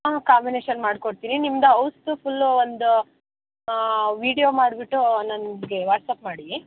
ಹಾಂ ಕಾಂಬಿನೇಶನ್ ಮಾಡ್ಕೊಡ್ತೀನಿ ನಿಮ್ದು ಹೌಸ್ದು ಫುಲ್ಲು ಒಂದು ವಿಡಿಯೋ ಮಾಡಿಬಿಟ್ಟು ನನಗೆ ವಾಟ್ಸ್ಅಪ್ ಮಾಡಿ